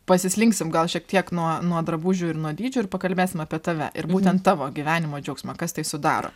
pasislinksim gal šiek tiek nuo nuo drabužių ir nuo dydžių ir pakalbėsim apie tave ir būtent tavo gyvenimo džiaugsmą kas tai sudaro